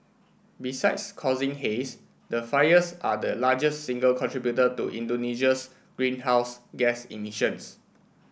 besides causing haze the fires are the largest single contributor to Indonesia's greenhouse gas emissions